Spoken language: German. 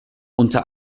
unter